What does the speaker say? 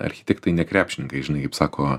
architektai ne krepšininkai žinai kaip sako